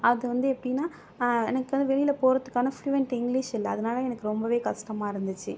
அது வந்து எப்படினா எனக்கு வந்து வெளியில் போகிறதுக்கான ஃபுளுவென்ட் இங்கிலீஷ் இல்லை அதனால் எனக்கு ரொம்பவே கஷ்டமாக இருந்துச்சு